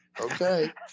Okay